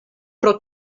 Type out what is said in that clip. pro